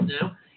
now